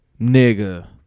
nigga